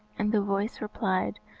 and the voice replied,